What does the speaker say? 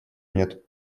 нет